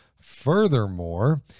Furthermore